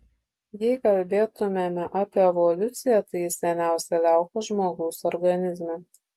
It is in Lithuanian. jei kalbėtumėme apie evoliuciją tai ji seniausia liauka žmogaus organizme